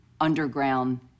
underground